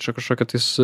čia kažkokia tais